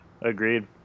Agreed